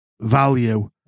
value